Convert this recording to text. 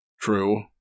True